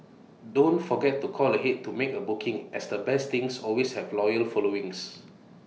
don't forget to call ahead to make A booking as the best things always have loyal followings